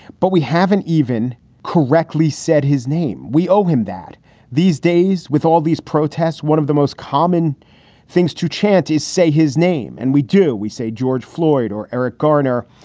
but we haven't even correctly said his name. we owe him that these days. with all these protests, one of the most common things to chant is say his name. and we do. we say george floyd or eric garner.